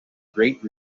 great